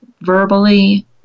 verbally